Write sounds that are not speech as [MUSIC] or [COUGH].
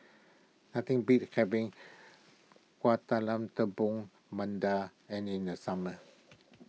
nothing beats having Kueh Talam Tepong [UNINTELLIGIBLE] and in the summer